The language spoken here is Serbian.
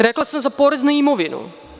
Rekla sam – porez na imovinu.